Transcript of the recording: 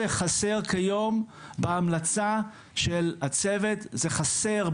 חסר כיום בהמלצה של הצוות זה חסר,